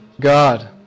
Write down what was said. God